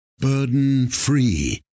Burden-free